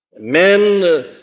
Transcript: men